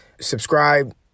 subscribe